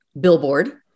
billboard